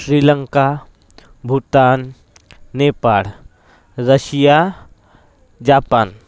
Sri Lanka Bhutan Nepal Russia Japan